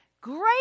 great